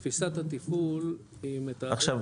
תפיסת התפעול --- עכשיו,